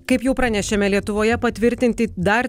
kaip jau pranešėme lietuvoje patvirtinti dar